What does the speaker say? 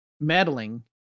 meddling